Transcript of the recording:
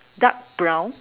dark brown